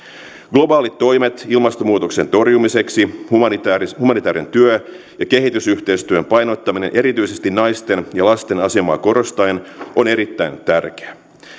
globaalit toimet ilmastonmuutoksen torjumiseksi humanitäärinen humanitäärinen työ ja kehitysyhteistyön painottaminen erityisesti naisten ja lasten asemaa korostaen on erittäin tärkeää